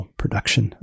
production